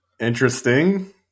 Interesting